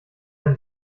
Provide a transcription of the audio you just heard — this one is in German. ein